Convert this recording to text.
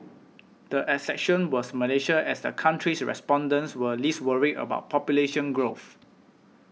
the exception was Malaysia as the country's respondents were least worried about population growth